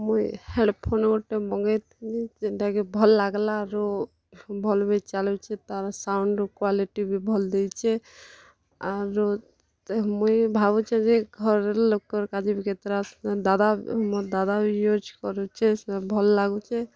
ମୁଇଁ ହେଡ଼୍ଫୋନ୍ ଗୁଟେ ମଗେଇଥିଲି ଯେନ୍ଟା କି ଭଲ୍ ଲାଗ୍ଲା ଆରୁ ଭଲ୍ ବି ଚାଲୁଛେ ତା'ର୍ ସାଉଣ୍ତ୍ କ୍ୱାଲିଟି ବି ଭଲ୍ ଦେଇଛେ ଆରୁ ତ ମୁଇଁ ଭାବୁଛେଁ ଯେ ଘରର୍ ଲୋକ୍କର୍ କା'ଯେ ବି କେତେଟା ଦାଦା ମୋର୍ ଦାଦା ବି ୟୁଜ୍ କରୁଛେ ସେ ଭଲ୍ ଲାଗୁଛେ